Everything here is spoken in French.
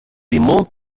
limoux